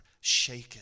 shaken